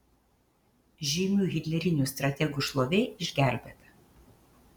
žymių hitlerinių strategų šlovė išgelbėta